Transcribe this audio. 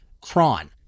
Cron